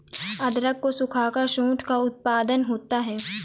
अदरक को सुखाकर सोंठ का उत्पादन होता है